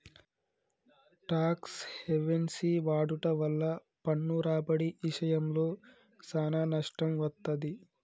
talks havens వాడుట వల్ల పన్ను రాబడి ఇశయంలో సానా నష్టం వత్తది